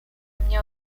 mnie